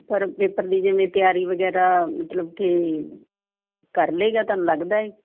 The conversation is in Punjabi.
ਸਰ ਪੇਪਰ ਦੀ ਜਿਵੇਂ ਤਿਆਰੀ ਵਗੈਰਾ ਮਤਲਬ ਕਿ ਕਰ ਲਏਗਾ ਤੁਹਾਨੂੰ ਲੱਗਦਾ ਹੈ